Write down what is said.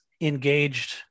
engaged